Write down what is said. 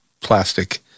plastic